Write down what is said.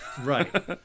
Right